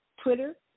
Twitter